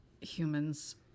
humans